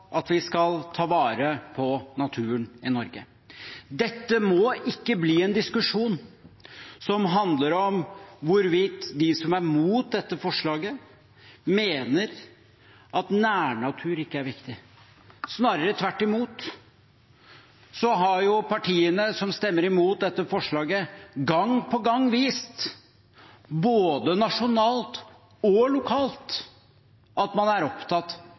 at vi skal ta vare på naturen i Norge. Dette må ikke bli en diskusjon som handler om hvorvidt de som er imot dette forslaget, mener at nærnatur ikke er viktig. Snarere tvert imot har partiene som stemmer imot dette forslaget, gang på gang vist – både nasjonalt og lokalt – at man er opptatt